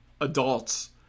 adults